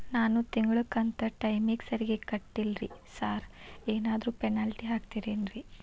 ನಾನು ತಿಂಗ್ಳ ಕಂತ್ ಟೈಮಿಗ್ ಸರಿಗೆ ಕಟ್ಟಿಲ್ರಿ ಸಾರ್ ಏನಾದ್ರು ಪೆನಾಲ್ಟಿ ಹಾಕ್ತಿರೆನ್ರಿ?